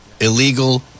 illegal